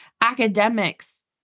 academics